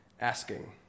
asking